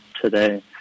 today